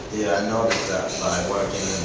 noticed that by working